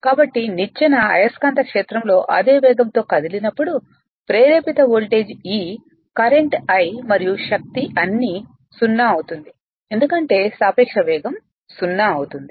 కాబట్టి నిచ్చెన అయస్కాంత క్షేత్రంలో అదే వేగం తో కదిలినప్పుడు ప్రేరేపిత వోల్టేజ్ E కరెంట్ I మరియు శక్తి అన్నీ 0అవుతుంది ఎందుకంటే సాపేక్ష వేగం 0 అవుతుంది